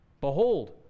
Behold